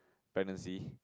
pregnancy